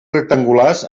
rectangulars